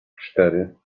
cztery